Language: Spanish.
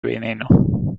veneno